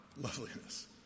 loveliness